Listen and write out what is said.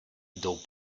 jdou